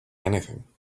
anything